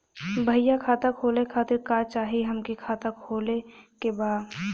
भईया खाता खोले खातिर का चाही हमके खाता खोले के बा?